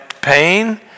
pain